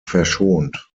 verschont